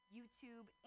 YouTube